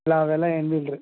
ಇಲ್ಲ ಅವೆಲ್ಲ ಏನು ಇಲ್ರಿ